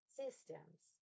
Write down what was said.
systems